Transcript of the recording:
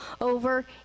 over